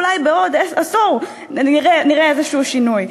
אולי בעוד עשור נראה איזה שינוי.